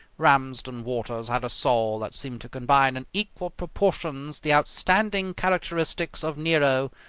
ramsden waters had a soul that seemed to combine in equal proportions the outstanding characteristics of nero,